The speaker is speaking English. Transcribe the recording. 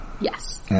Yes